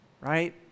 Right